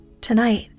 Tonight